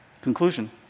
conclusion